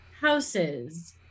houses